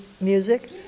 music